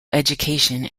education